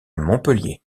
montpellier